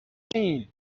پیداتون